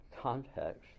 context